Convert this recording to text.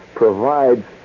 provides